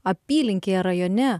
apylinkėje rajone